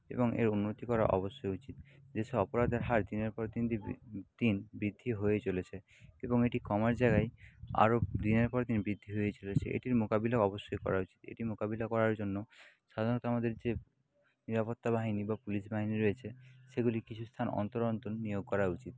এবং এর উন্নতি করা অবশ্যই উচিত দেশে অপরাধের হার দিনের পর দিন বৃদ্ধি হয়েই চলেছে এবং এটি কমার জায়গায় আরও দিনের পর দিন বৃদ্ধি হয়েই চলেছে এটির মোকাবিলা অবশ্যই করা উচিত এটি মোকাবিলা করার জন্য সাধারণত আমাদের যে নিরাপত্তা বাহিনী বা পুলিশ বাহিনী রয়েছে সেগুলি কিছু স্থান অন্তর অন্তর নিয়োগ করা উচিত